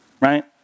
Right